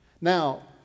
Now